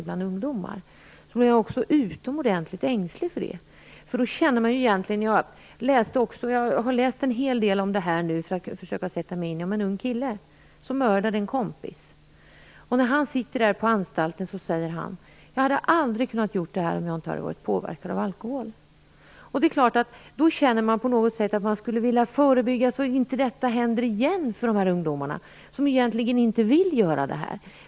När jag ser dessa siffror blir jag utomordentligt ängslig. Jag har läst en hel del för att kunna sätta mig in i detta problem. Jag har t.ex. läst om en ung kille som har mördat en kompis. När han sitter på anstalten säger han att han aldrig hade kunnat gjort detta om han inte hade varit påverkad av alkohol. Då känner man förstås att man vill förebygga detta, så att det inte händer igen för dessa ungdomar som egentligen inte vill göra sådant här.